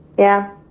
yeah.